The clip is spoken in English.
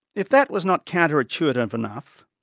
if that was not counter intuitive enough,